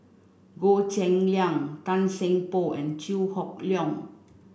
Goh Cheng Liang Tan Seng Poh and Chew Hock Leong